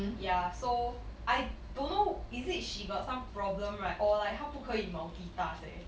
ya so I don't know is it she got some problem right or like 她不可以 multitask eh